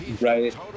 Right